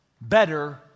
better